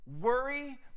worry